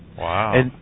Wow